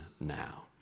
now